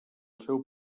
seu